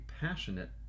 passionate